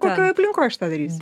kokioj aplinkoj aš tą darysiu